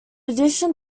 addition